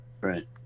Right